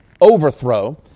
overthrow